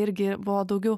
irgi buvo daugiau